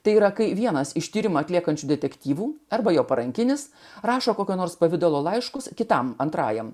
tai yra kai vienas iš tyrimą atliekančių detektyvų arba jo parankinis rašo kokio nors pavidalo laiškus kitam antrajam